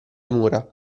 mura